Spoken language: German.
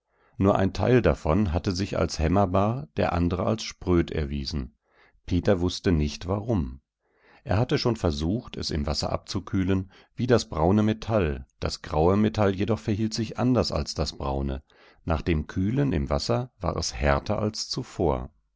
nur ein teil davon hatte sich als hämmerbar der andere als spröd erwiesen peter wußte nicht warum er hatte schon versucht es im wasser abzukühlen wie das braune metall das graue metall jedoch verhielt sich anders als das braune nach dem kühlen im wasser war es härter als zuvor